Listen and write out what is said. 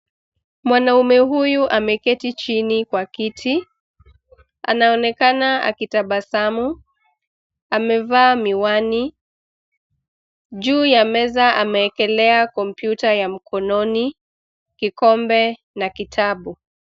Mwanaume huyu ameketi chini kwa kiti. Anaonekana akitabasamu. Amevaa miwani, juu ya meza ameekelea kompyuta ya mkononi, kikombe na kitabu.